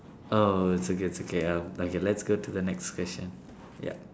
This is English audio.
oh it's okay it's okay uh okay let's go to the next question ya